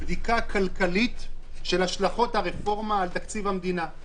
בדיקה כלכלית של השלכות הרפורמה על תקציב המדינה?